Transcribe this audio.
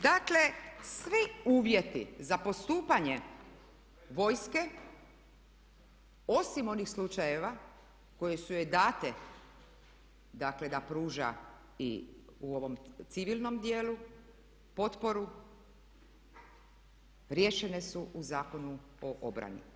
Dakle svi uvjeti za postupanje vojske osim onih slučajeva koje su joj dane dakle da pruža i u ovom civilnom dijelu potporu riješene su u Zakonu o obrani.